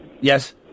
Yes